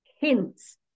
hints